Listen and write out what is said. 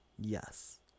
Yes